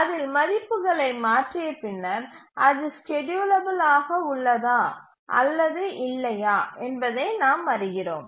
அதில் மதிப்புகளை மாற்றிய பின்னர் அது ஸ்கேட்யூலபில் ஆக உள்ளதா அல்லது இல்லையா என்பதை நாம் அறிகிறோம்